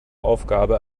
aufgabe